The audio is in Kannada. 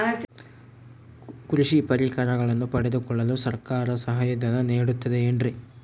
ಕೃಷಿ ಪರಿಕರಗಳನ್ನು ಪಡೆದುಕೊಳ್ಳಲು ಸರ್ಕಾರ ಸಹಾಯಧನ ನೇಡುತ್ತದೆ ಏನ್ರಿ?